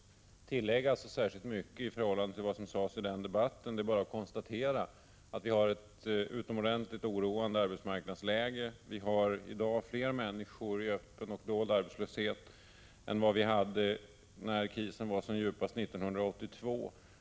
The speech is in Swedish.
1985/86:162 mycket i förhållande till vad som sades i den debatten. Det är bara att konstatera att vi har ett utomordentligt oroande arbetsmarknadsläge. Vi har i dag fler människor i öppen och dold arbetslöshet än vi hade när krisen var som djupast 1982.